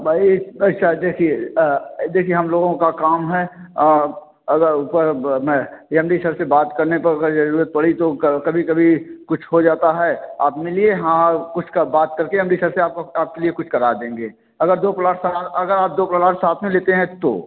भाई अच्छा देखिए देखिए हम लोगों का काम हैं अगर ऊपर मैं येम डी सर से बात करने पर अगर ज़रूरत पड़ी तो कभी कभी कुछ हो जाता है आप मिलए हाँ उसका बात करके एम डी सर से आप आपके लिए कुछ करा देंगे अगर दो प्लॉट का अगर आप दो प्लाट साथ में लेते हैं तो